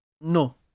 No